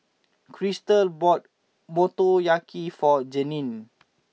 Cristal bought Motoyaki for Jeannie